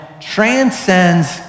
transcends